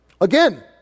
again